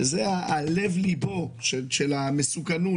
שזה לב ליבה של המסוכנות,